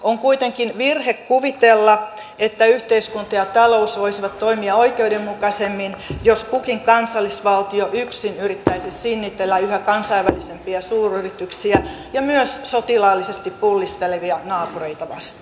on kuitenkin virhe kuvitella että yhteiskunta ja talous voisivat toimia oikeudenmukaisemmin jos kukin kansallisvaltio yksin yrittäisi sinnitellä yhä kansainvälisempiä suuryrityksiä ja myös sotilaallisesti pullistelevia naapureita vastaan